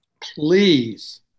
please